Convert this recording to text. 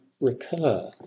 recur